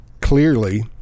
clearly